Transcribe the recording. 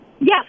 Yes